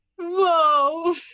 whoa